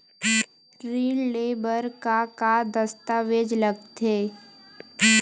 ऋण ले बर का का दस्तावेज लगथे?